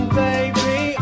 baby